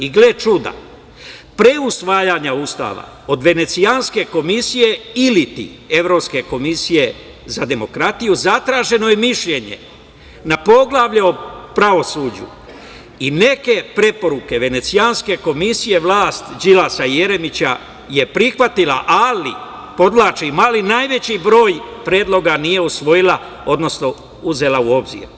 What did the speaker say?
I gle čuda, pre usvajanja Ustava od Venecijanske komisije, iliti Evropske komisije za demokratiju, zatraženo je mišljenje na poglavlje o pravosuđu i neke preporuke Venecijanske komisije vlast Đilasa i Jeremića je prihvatila, ali, podvlačim, najveći broj predloga nije uzela u obzir.